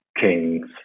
kings